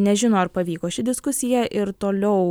nežino ar pavyko ši diskusija ir toliau